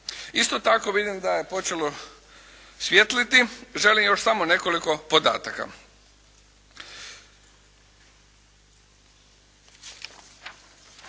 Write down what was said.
Isto tako vidim da je počelo svijetliti, želim još samo nekoliko podataka.